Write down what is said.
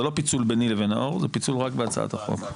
זה לא פיצול ביני לבין נאור זה פיצול רק בהצעת החוק.